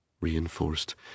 reinforced